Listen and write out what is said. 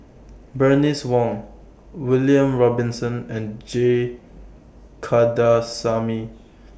Bernice Wong William Robinson and G Kandasamy